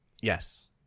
Yes